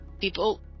people